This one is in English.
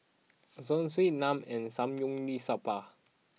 Zosui Naan and Samgyeopsal